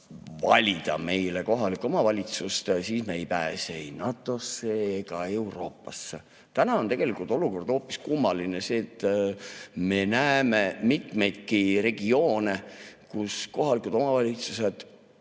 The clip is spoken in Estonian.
valida meile kohalikku omavalitsust, siis me ei pääse ei NATO-sse ega Euroopasse. Täna on olukord hoopis kummaline. Me näeme mitmeidki regioone, kus kohalikud omavalitsused